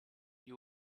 you